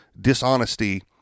dishonesty